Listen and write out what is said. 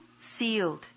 sealed